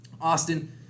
Austin